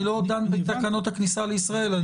אני לא דן בתקנות הכניסה לישראל,